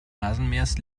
rasenmähers